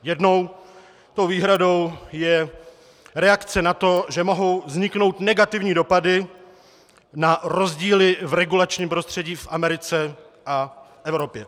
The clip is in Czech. Jednou tou výhradou je reakce na to, že mohou vzniknout negativní dopady na rozdíly v regulačním prostředí v Americe a v Evropě.